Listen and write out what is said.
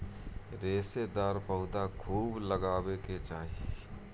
रेशेदार पौधा खूब लगावे के चाही